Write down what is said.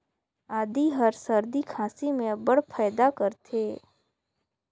आदी हर सरदी खांसी में अब्बड़ फएदा करथे